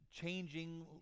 changing